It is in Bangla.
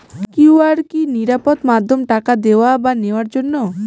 কিউ.আর কি নিরাপদ মাধ্যম টাকা দেওয়া বা নেওয়ার জন্য?